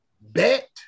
bet